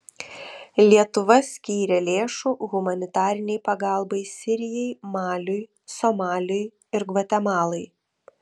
lietuva skyrė lėšų humanitarinei pagalbai sirijai maliui somaliui ir gvatemalai